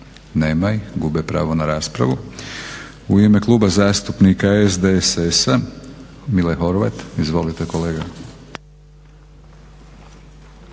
Nema ih, gube pravo na raspravu. U ime Kluba zastupnika SDSS-a, Mile Horvat. Izvolite kolega.